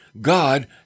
God